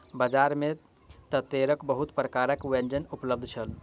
बजार में तेतैरक बहुत प्रकारक व्यंजन उपलब्ध छल